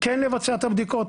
כן לבצע את הבדיקות,